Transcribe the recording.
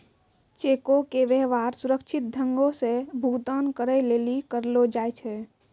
चेको के व्यवहार सुरक्षित ढंगो से भुगतान करै लेली करलो जाय छै